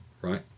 right